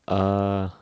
uh